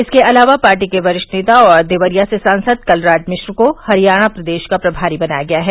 इसके अलावा पार्टी के वरिष्ठ नेता और देवरिया से सांसद कलराज मिश्र को हरियाणा प्रदेश का प्रभारी बनाया गया है